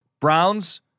Browns